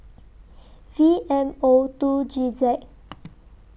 V M O two G Z